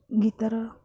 ଗୀତର